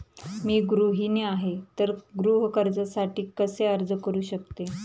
मी गृहिणी आहे तर गृह कर्जासाठी कसे अर्ज करू शकते?